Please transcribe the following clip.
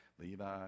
Levi